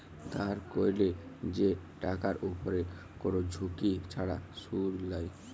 ধার ক্যরলে যে টাকার উপরে কোন ঝুঁকি ছাড়া শুধ লায়